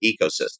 ecosystem